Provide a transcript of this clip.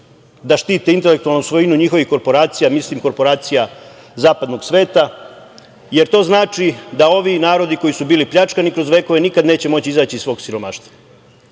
da štite intelektualnu svojinu njihovih korporacija, mislim korporacija zapadnog sveta, jer to znači da ovi narodi koji su bili pljačkani kroz vekove nikada neće moći izaći iz svog siromaštva. Ovo